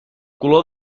color